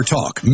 Talk